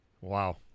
Wow